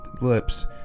lips